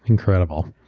incredible.